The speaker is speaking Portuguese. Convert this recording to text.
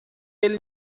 ele